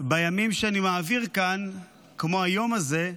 בימים שאני מעביר כאן, כמו היום הזה,